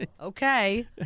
Okay